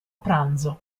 pranzo